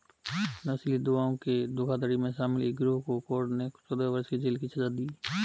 नशीली दवाओं की धोखाधड़ी में शामिल एक गिरोह को कोर्ट ने चौदह वर्ष की जेल की सज़ा दी